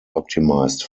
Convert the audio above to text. optimised